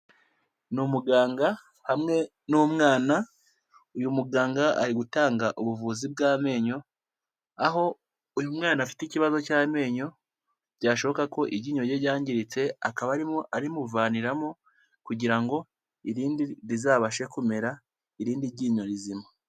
Ni umuganga hamwe n'umwana, uyu muganga ari gutanga ubuvuzi bw'amenyo, aho uyu mwana afite ikibazo cy'amenyo byashoboka ko iryinyo rye ryangiritse akaba arimo arimuvaniramo kugira ngo irindi rizabashe kumera irindi ryinyo rizima.